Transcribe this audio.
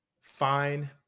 fine